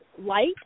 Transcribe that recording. light